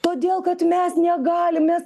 todėl kad mes negalim mes